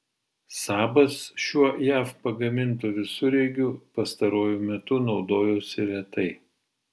sabas šiuo jav pagamintu visureigiu pastaruoju metu naudojosi retai